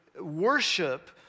worship